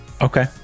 Okay